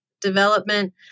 development